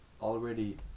already